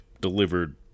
delivered